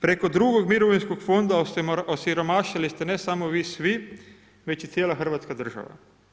Preko drugog mirovinskog fonda osiromašili ste ne samo vi svi, već i cijela Hrvatska država.